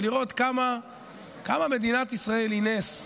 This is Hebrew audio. ולראות כמה מדינת ישראל היא נס.